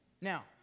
Now